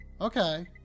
Okay